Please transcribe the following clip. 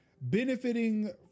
benefiting